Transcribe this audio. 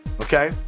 okay